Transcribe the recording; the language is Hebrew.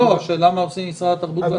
השאלה מה עושים עם משרד התרבות והספורט?